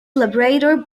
labrador